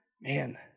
Man